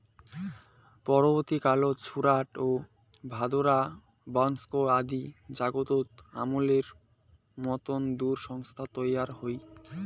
পরবর্তী কালত সুরাট, ভাদোদরা, বনস্কন্থা আদি জাগাত আমূলের মতন দুধ সংস্থা তৈয়ার হই